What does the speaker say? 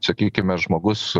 sakykime žmogus